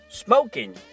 smoking